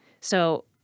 So-